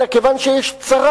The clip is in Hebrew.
אלא כיוון שיש צרה,